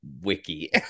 wiki